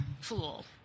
fool